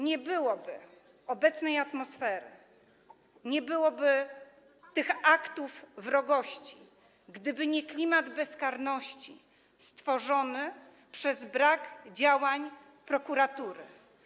Nie byłoby obecnej atmosfery, nie byłoby aktów wrogości, gdyby nie klimat bezkarności stworzony przez brak działań prokuratury.